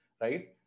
right